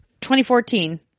2014